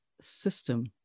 system